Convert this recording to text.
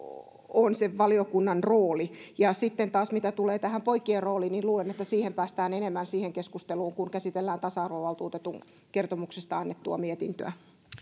on se valiokunnan rooli sitten taas mitä tulee tähän poikien rooliin niin luulen että siihen keskusteluun päästään enemmän kun käsitellään tasa arvovaltuutetun kertomuksesta annettua mietintöä